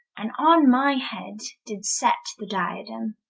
and on my head did set the diadem